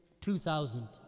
2000